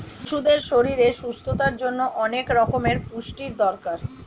পশুদের শরীরের সুস্থতার জন্যে অনেক রকমের পুষ্টির দরকার